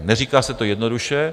Neříká se to jednoduše.